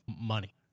money